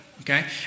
Okay